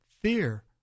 fear